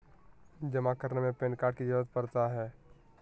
जमा करने में पैन कार्ड की जरूरत पड़ता है?